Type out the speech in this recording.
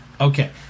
Okay